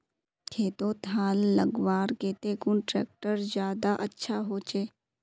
खेतोत हाल लगवार केते कुन ट्रैक्टर ज्यादा अच्छा होचए?